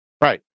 right